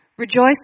Rejoice